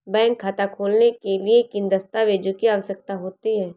Bank खाता खोलने के लिए किन दस्तावेजों की आवश्यकता होती है?